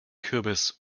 kürbis